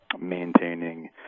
maintaining